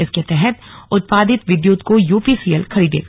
इसके तहत उत्पादित विद्युत को यूपीसीएल खरीदेगा